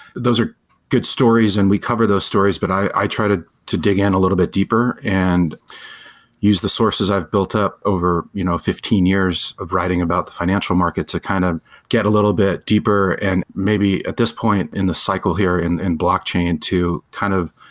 those are good stories and we cover those stories, but i try to to dig in a little bit deeper and use the sources i've built up over you know fifteen years of writing about the financial market to kind of get a little bit deeper and maybe, at this point in the cycle here in in blockchain, to kind of